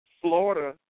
Florida